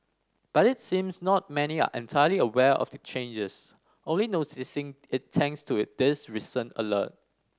but it seems not many are entirely aware of the changes only noticing it thanks to this recent alert